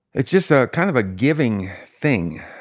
it's just ah kind of a giving thing.